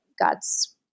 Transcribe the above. God's